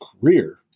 career